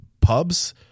pubs